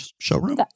showroom